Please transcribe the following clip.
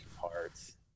parts